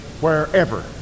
wherever